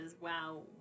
wow